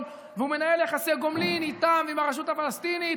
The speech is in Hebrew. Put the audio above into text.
והוא מנהל יחסי גומלין איתם ועם הרשות הפלסטינית,